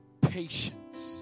patience